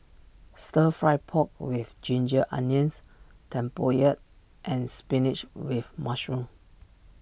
Stir Fried Pork with Ginger Onions Tempoyak and Spinach with Mushroom